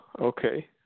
Okay